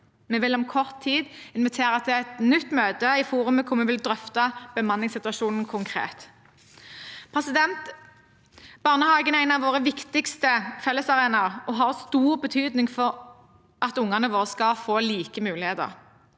Vi vil om kort tid invitere til et nytt møte i forumet hvor vi vil drøfte bemanningssituasjonen konkret. Barnehagen er en av våre viktigste fellesarenaer og har stor betydning for at ungene våre skal få like muligheter.